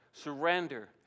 surrender